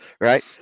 right